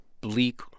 bleak